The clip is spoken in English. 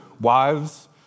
Wives